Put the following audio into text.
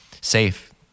safe